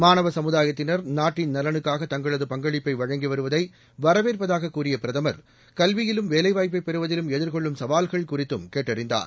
மாணவ சமுதாயத்தினர் நாட்டின் நலனுக்காக தங்களது பங்களிப்பை வழங்கி வருவதை வரவேற்பதாக கூறிய பிரதமர் கல்வியிலும் வேலைவாய்ப்பை பெறுவதிலும் எதிர்கொள்ளும் சவால்கள் குறித்தும் கேட்டறிந்தார்